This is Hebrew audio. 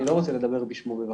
אני לא רוצה לדבר בשמו בבקשה.